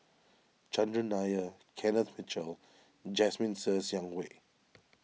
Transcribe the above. Chandran Nair Kenneth Mitchell Jasmine Ser Xiang Wei